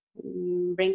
bring